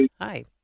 hi